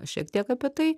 šiek tiek apie tai